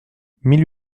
mille